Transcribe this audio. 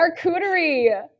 charcuterie